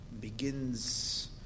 begins